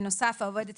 בנוסף העובדת